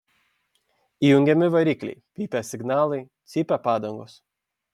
įjungiami varikliai pypia signalai cypia padangos